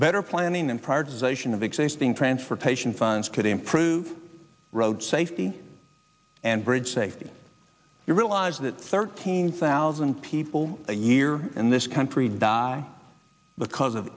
better planning and fired zation of existing transportation funds could improve road safety and bridge safety you realize that thirteen thousand people a year in this country die because of